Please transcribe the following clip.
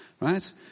right